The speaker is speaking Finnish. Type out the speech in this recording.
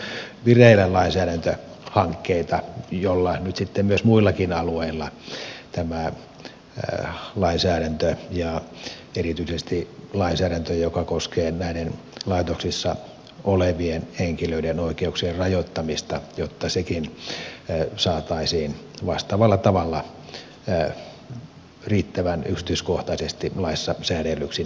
meillähän on vireillä lainsäädäntöhankkeita jotta nyt muillakin alueilla tämä lainsäädäntö ja erityisesti lainsäädäntö joka koskee näiden laitoksissa olevien henkilöiden oikeuksien rajoittamista saataisiin vastaavalla tavalla riittävän yksityiskohtaisesti laissa säädellyksi